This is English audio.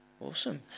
Awesome